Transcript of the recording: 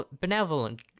benevolent